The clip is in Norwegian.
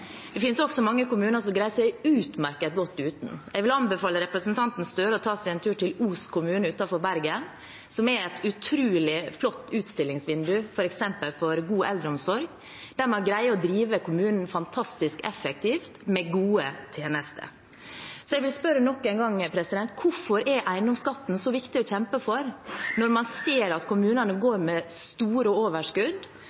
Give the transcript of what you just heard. Det finnes også mange kommuner som greier seg utmerket godt uten. Jeg vil anbefale representanten Støre å ta seg en tur til Os kommune utenfor Bergen, som er et utrolig flott utstillingsvindu for f.eks. god eldreomsorg. Der greier man å drive kommunen fantastisk effektivt, med gode tjenester. Så jeg vil spørre nok en gang: Hvorfor er eiendomsskatten så viktig å kjempe for, når man ser at kommunene